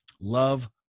Love